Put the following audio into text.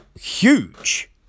huge